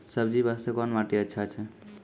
सब्जी बास्ते कोन माटी अचछा छै?